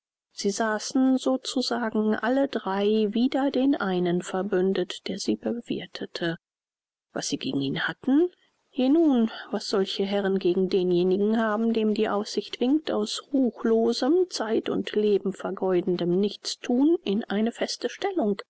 sie saßen so zu sagen alle drei wider den einen verbündet der sie bewirthete was sie gegen ihn hatten je nun was solche herren gegen denjenigen haben dem die aussicht winkt aus ruchlosem zeit und leben vergeudendem nichtsthun in eine feste stellung